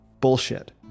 Bullshit